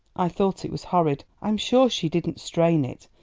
i thought it was horrid i'm sure she didn't strain it,